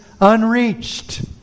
unreached